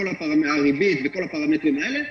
כל הריבית וכל הפרמטרים האלה.